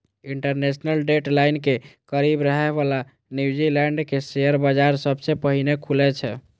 international date line के करीब रहै बला न्यूजीलैंड के शेयर बाजार सबसं पहिने खुलै छै